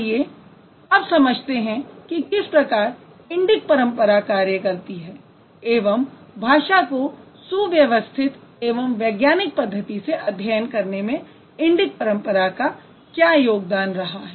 आइए अब समझते हैं कि किस प्रकार इंडिक परंपरा कार्य करती है एवं भाषा को सुव्यवस्थित एवं वैज्ञानिक पद्धति से अध्ययन करने में इंडिक परंपरा का क्या योगदान रहा है